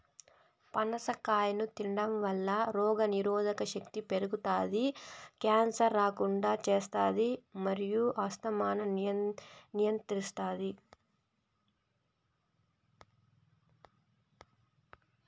పనస కాయను తినడంవల్ల రోగనిరోధక శక్తి పెరుగుతాది, క్యాన్సర్ రాకుండా చేస్తాది మరియు ఆస్తమాను నియంత్రిస్తాది